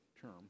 term